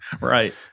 right